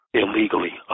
illegally